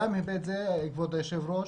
גם ההיבט הזה, כבוד היושב ראש,